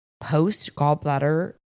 post-gallbladder